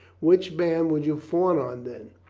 which man would you fawn on then?